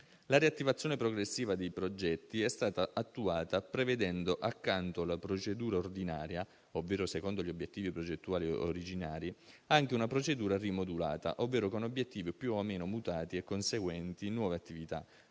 La riattivazione progressiva dei progetti è stata attuata prevedendo accanto alla procedura ordinaria (ovvero secondo gli obiettivi progettuali originari) anche una procedura rimodulata (ovvero con obiettivi più o meno mutati e conseguenti nuove attività),